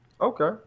Okay